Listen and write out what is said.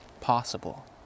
possible